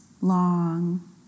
long